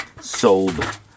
sold